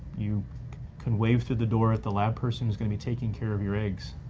you can wave through the door at the lab person who's gonna be taking care of your eggs.